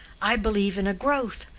i believe in a growth,